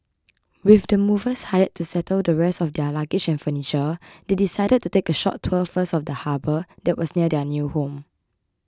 with the movers hired to settle the rest of their luggage and furniture they decided to take a short tour first of the harbour that was near their new home